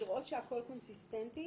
לראות שהכול קונסיסטנטי